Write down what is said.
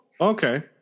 Okay